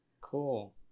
cool